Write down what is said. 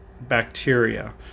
bacteria